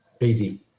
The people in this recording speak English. Easy